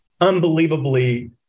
unbelievably